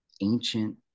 ancient